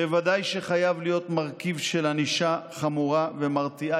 בוודאי שחייב להיות מרכיב של ענישה חמורה ומרתיעה.